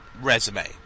resume